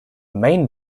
main